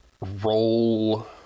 roll